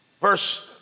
Verse